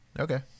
Okay